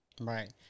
Right